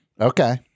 Okay